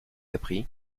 appris